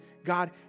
God